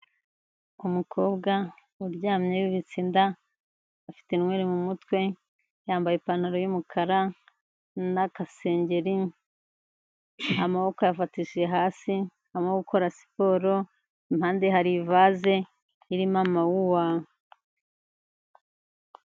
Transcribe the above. Umukobwa uryamye yubitse inda afite inwere mu mutwe, yambaye ipantaro y'umukara n'agasengeri, amaboko ayafatishije hasi arimo gukora siporo, impande ye hari ivaze irimo amawuwa.